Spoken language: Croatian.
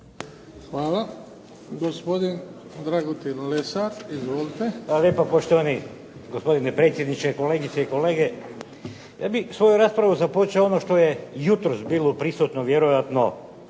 Hvala. Gospodin Dragutin Lesar, izvolite.